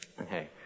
Okay